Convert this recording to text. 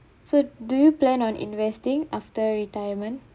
so do you plan on investing after retirement